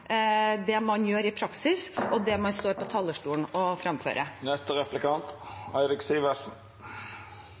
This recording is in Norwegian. det man gjør i praksis og det man står på talerstolen og